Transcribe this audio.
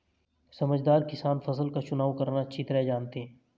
समझदार किसान फसल का चुनाव करना अच्छी तरह जानते हैं